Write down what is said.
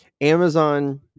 Amazon